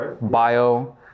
bio